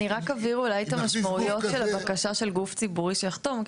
אני רק אבהיר אולי את המשמעויות של הבקשה של גוף ציבורי שיחתום.